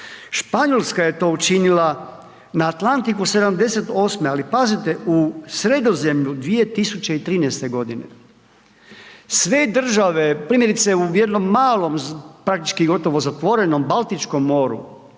Španjolska je to učinila na Atlantiku '78., ali pazite u Sredozemlju 2013. godine. Sve države primjerice u jednom malom praktički gotovo zatvorenom Baltičkom moru